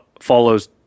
follows